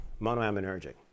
monoaminergic